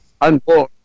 unborn